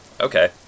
Okay